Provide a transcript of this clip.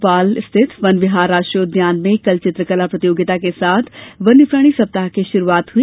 भोपाल स्थित वन विहार राष्ट्रीय उद्यान में कल चित्रकला प्रतियोगिता के साथ वन्य प्राणी सप्ताह की शुरुआत हुई